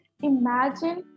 imagine